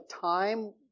time